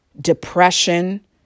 depression